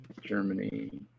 Germany